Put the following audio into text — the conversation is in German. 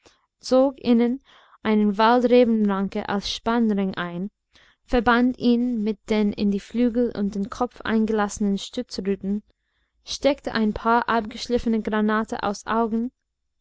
zog innen eine waldrebenranke als spannring ein verband ihn mit den in die flügel und den kopf eingelassenen stützruten steckte ein paar abgeschliffene granate als augen